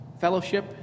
fellowship